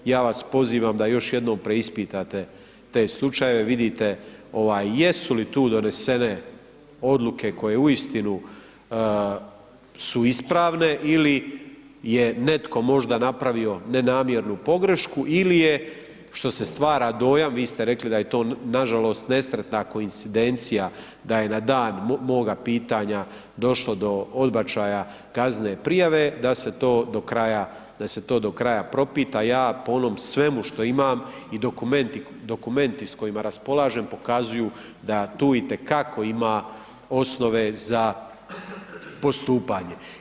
Ja vas pozivam da još jednom preispitate te slučajeve, tu donesene odluke koje uistinu su ispravne ili je netko možda napravio nenamjernu pogrešku ili je što se stvara dojam, vi ste rekli da je to nažalost nesretna koincidencija, da je n dan moga pitanja došlo do odbačaje kaznene prijave da se to do kraja propita, ja po onom svemu što imam i dokumenti s kojima raspolažem, pokazuju da tu itekako ima osove za postupanje.